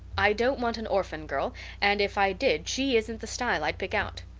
i don't want an orphan girl and if i did she isn't the style i'd pick out.